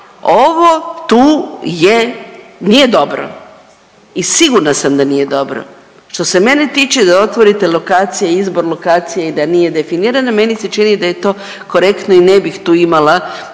ovo tu je, nije dobro i sigurna sam da nije dobro. Što se mene tiče da otvorite lokacije i izbor lokacije i da nije definirana meni se čini da je korektno i ne bih tu imala